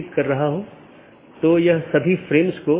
BGP के साथ ये चार प्रकार के पैकेट हैं